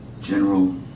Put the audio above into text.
General